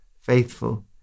faithful